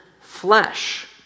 flesh